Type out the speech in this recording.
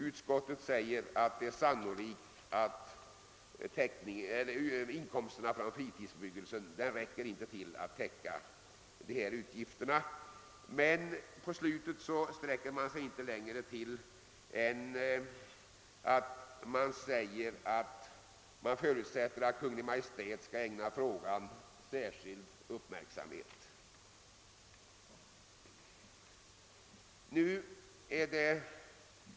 Utskottet framhåller att inkomsterna för fritidsbebyggelsen sannolikt inte räcker till att täcka utgifterna. Men mot slutet av sitt yttrande sträcker sig utskottet inte längre än att säga att man förutsätter att Kungl. Maj:t skall ägna frågan särskild uppmärksamhet.